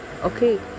Okay